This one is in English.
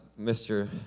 Mr